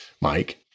Mike